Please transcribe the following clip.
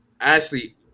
Ashley